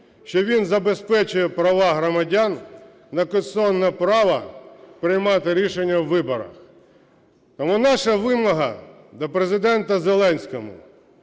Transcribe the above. що він забезпечує права громадян на конституційне право приймати рішення у виборах. Тому наша вимога до Президента Зеленського.